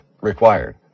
required